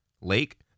Lake